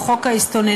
או חוק ההסתננות,